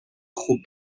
خوب